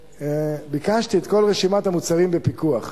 וביקשתי את כל רשימת המוצרים בפיקוח.